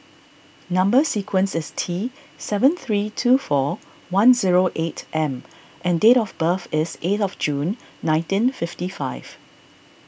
Number Sequence is T seven three two four one zero eight M and date of birth is eight of June nineteen fifty five